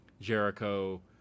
Jericho